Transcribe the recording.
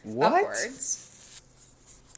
upwards